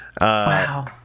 Wow